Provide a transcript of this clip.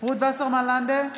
רות וסרמן לנדה,